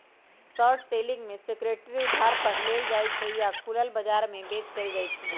short selling में security उधार पर लेल जाइ छइ आऽ खुलल बजार में बेच देल जाइ छइ